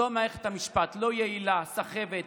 זו מערכת המשפט, לא יעילה, סחבת.